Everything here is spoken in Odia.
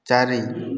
ଚାରି